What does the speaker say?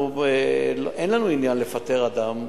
אין לנו עניין לפטר אדם,